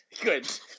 Good